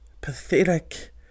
pathetic